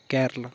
Kerala